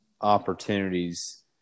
opportunities